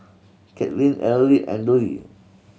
Katlyn Erle and Dollie